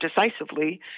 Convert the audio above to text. decisively